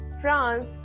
France